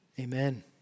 Amen